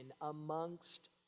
amongst